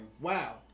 wow